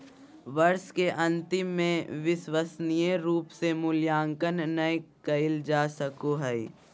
वर्ष के अन्तिम में विश्वसनीय रूप से मूल्यांकन नैय कइल जा सको हइ